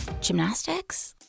gymnastics